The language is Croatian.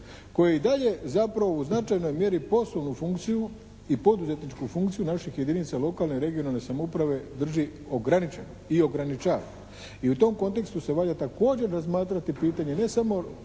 koji i dalje zapravo u značajnoj mjeri poslovnu funkciju i poduzetničku funkciju naših jedinica lokalne i regionalne samouprave drži ograničeno i ograničava i u tom kontekstu se valja također razmatrati pitanje ne samo